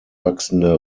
wachsende